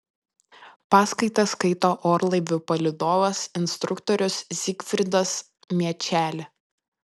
paskaitas skaito orlaivių palydovas instruktorius zigfridas miečelė